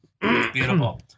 Beautiful